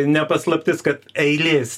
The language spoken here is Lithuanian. ne paslaptis kad eilės